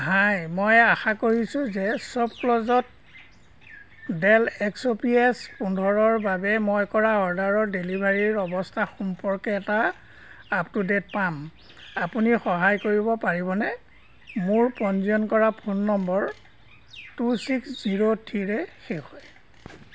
হাই মই আশা কৰিছো যে শ্বপক্লুজত ডেল এক্স পি এছ পোন্ধৰৰ বাবে মই কৰা অৰ্ডাৰৰ ডেলিভাৰী অৱস্থা সম্পৰ্কে এটা আপডে'ট পাম আপুনি সহায় কৰিব পাৰিবনে মোৰ পঞ্জীয়ন কৰা phone number two six zero থ্ৰীৰে শেষ হয়